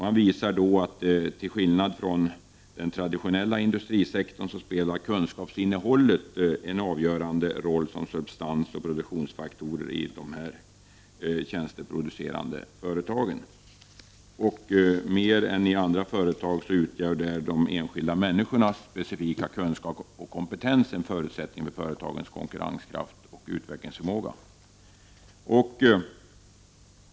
Man visar på att kunskapsinnehållet, till skillnad från i den traditionella industrisektorn, spelar en avgörande roll som substans och produktionsfaktor i de här tjänsteproducerande företagen. Mer än i andra företag utgör de enskilda människornas specifika kunskaper och kompetens en förutsättning för dessa företags konkurrenskraft och utvecklingsförmåga.